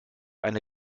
eine